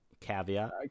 caveat